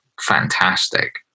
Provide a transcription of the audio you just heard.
fantastic